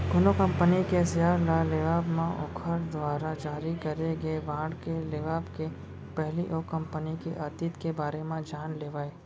कोनो कंपनी के सेयर ल लेवब म ओखर दुवारा जारी करे गे बांड के लेवब के पहिली ओ कंपनी के अतीत के बारे म जान लेवय